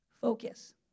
Focus